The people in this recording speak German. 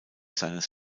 seines